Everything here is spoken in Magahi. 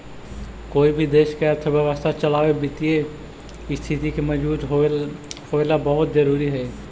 कोई भी देश के अर्थव्यवस्था चलावे वित्तीय स्थिति के मजबूत होवेला बहुत जरूरी हइ